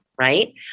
right